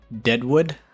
Deadwood